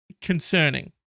concerning